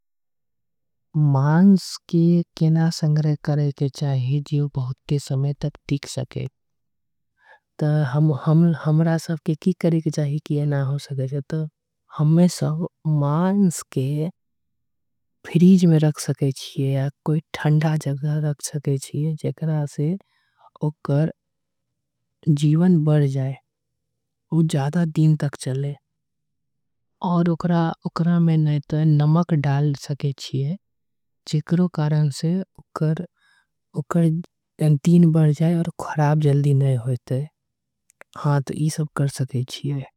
त हमरा के की करे के चाही कि ये खराब नई होखे। चाहीहमेशा मांस के फ्रिज में रखे जिया छे या कोई। ठंडा जगह में रखे जिया छे जेकरा से ओकर जीवन। बढ़ जाय आऊर जादा दिन तक चले और। ओकरा में नए त नामक डाल सके छीये जेकरा। से ओकर दिन बढ़ जाए और खराब नई। होय तय हा त ई सब कर सके छीये।